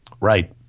Right